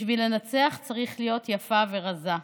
בשביל לנצח צריך להיות יפה ורזה.